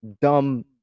dumb